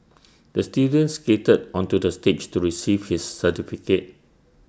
the student skated onto the stage to receive his certificate